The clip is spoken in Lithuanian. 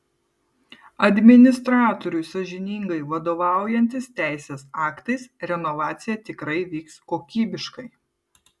administratoriui sąžiningai vadovaujantis teisės aktais renovacija tikrai vyks kokybiškai